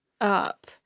up